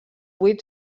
vuit